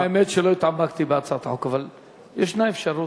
האמת שלא התעמקתי בהצעת החוק אבל ישנה אפשרות,